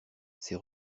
ses